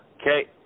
Okay